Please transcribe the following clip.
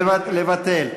לבטל.